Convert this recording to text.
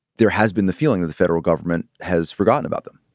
there has been the feeling that the federal government has forgotten about them.